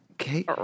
Okay